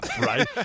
right